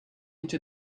into